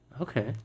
Okay